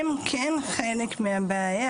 חלק מהבעיה